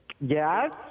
Yes